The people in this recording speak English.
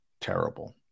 terrible